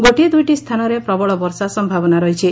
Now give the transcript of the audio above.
ଗୋଟିଏ ଦୁଇଟି ସ୍ଛାନରେ ପ୍ରବଳ ବର୍ଷା ସ୍ୟାବନା ରହିଛି